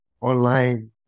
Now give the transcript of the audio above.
online